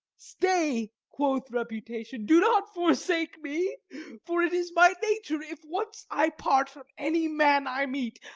stay, quoth reputation, do not forsake me for it is my nature, if once i part from any man i meet,